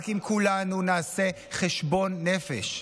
רק אם כולנו נעשה חשבון נפש,